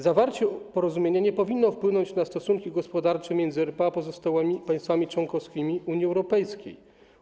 Zawarcie porozumienia nie powinno wpłynąć na stosunki gospodarcze między RP a pozostałymi państwami członkowskimi Unii Europejskiej.